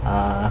uh